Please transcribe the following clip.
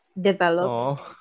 developed